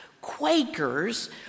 Quakers